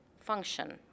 function